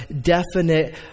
definite